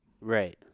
Right